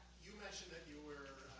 you mentioned that you were